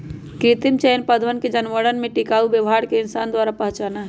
कृत्रिम चयन पौधवन और जानवरवन में टिकाऊ व्यवहार के इंसान द्वारा पहचाना हई